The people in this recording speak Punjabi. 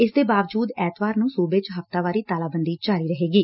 ਇਸ ਦੇ ਬਾਵਜੁਦ ਐਤਵਾਰ ਨੂੰ ਸੂਬੇ ਚ ਹਫਤਾਵਾਰੀ ਤਾਲਾਬੰਦੀ ਜਾਰੀ ਰਹੇਗੀ